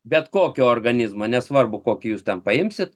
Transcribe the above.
bet kokio organizmo nesvarbu kokį jūs ten paimsit